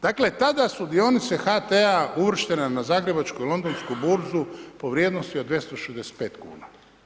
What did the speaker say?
Dakle, tada su dionice HT-a uvrštene na zagrebačku i londonsku burzu po vrijednosti od 265 kuna.